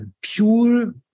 pure